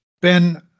Ben